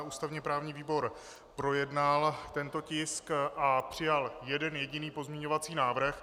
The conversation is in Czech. Ústavněprávní výbor projednal tento tisk a přijal jeden jediný pozměňovací návrh.